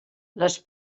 les